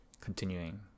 continuing